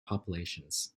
populations